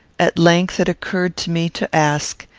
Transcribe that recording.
at length it occurred to me to ask,